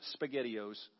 SpaghettiOs